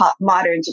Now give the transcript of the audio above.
modern